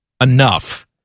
enough